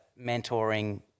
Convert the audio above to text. mentoring